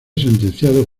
sentenciado